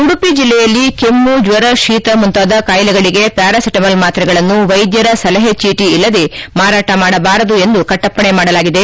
ಉಡುಪಿ ಜಿಲ್ಲೆಯಲ್ಲಿ ಕೆಮ್ಮು ಜ್ವರ ಶೀತ ಮುಂತಾದ ಕಾಯಿಲೆಗಳಿಗೆ ಪ್ಯಾರಾಸಿಟಮಾಲ್ ಮಾತ್ರೆಗಳನ್ನು ವೈದ್ಯರ ಸಲಹೆ ಚೀಟಿ ಇಲ್ಲದೆ ಮಾರಾಟ ಮಾಡಬಾರದು ಎಂದು ಕಟ್ಟಪ್ಪಣೆ ಮಾಡಲಾಗಿದೆ